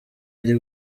ari